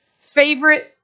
favorite